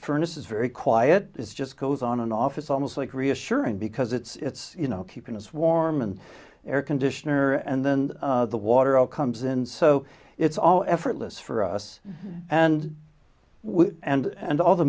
furnace is very quiet it's just goes on and off it's almost like reassuring because it's you know keeping us warm and air conditioner and then the water all comes in so it's all effortless for us and and and all the